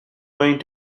going